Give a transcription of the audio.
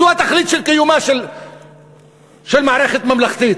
זו התכלית של קיומה של מערכת ממלכתית,